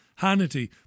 Hannity